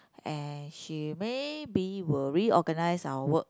and she maybe will reorganise our work